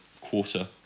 quarter